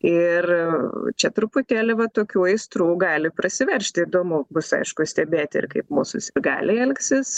ir čia truputėlį va tokių aistrų gali prasiveržti įdomu bus aišku stebėti ir kaip mūsų sirgaliai elgsis